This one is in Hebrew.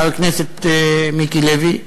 חבר הכנסת מיקי לוי.